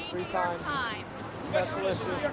free itimes. i special issue.